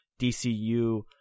DCU